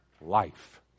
life